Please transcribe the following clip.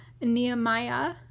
nehemiah